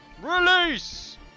release